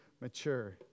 mature